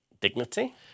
Dignity